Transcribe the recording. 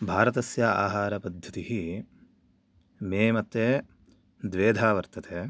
भारतस्य आहारपद्धतिः मे मते द्वेधा वर्तते